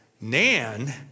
Nan